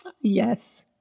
Yes